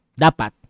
Dapat